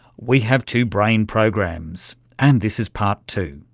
we have two brain programs, and this is part two.